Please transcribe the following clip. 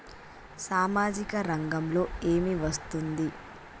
సామాజిక రంగంలో ఏమి వస్తుంది?